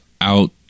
out